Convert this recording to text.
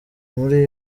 muri